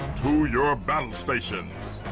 to your battle stations.